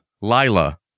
Lila